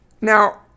Now